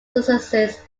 successes